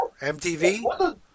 MTV